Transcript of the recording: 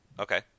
okay